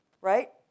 right